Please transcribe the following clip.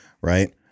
right